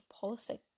policy